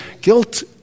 guilt